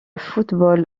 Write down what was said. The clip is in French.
football